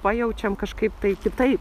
pajaučiam kažkaip tai kitaip